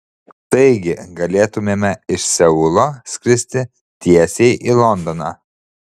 taigi galėtumėme iš seulo skristi tiesiai į londoną